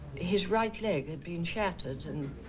his right leg had been shattered and